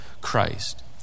Christ